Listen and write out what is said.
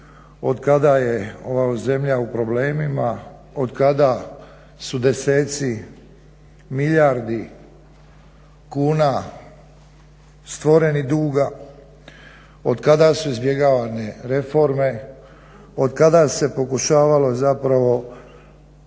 otkada je ova zemlja u problemima, otkada su deseci milijardi kuna stvoreni duga, otkada su izbjegavane reforme, otkada se pokušavalo zapravo